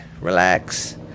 Relax